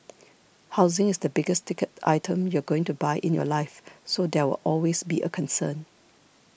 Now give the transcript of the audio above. housing is the biggest ticket item you're going to buy in your life so there will always be a concern